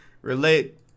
Relate